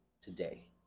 today